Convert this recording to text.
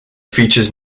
features